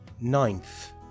ninth